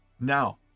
Now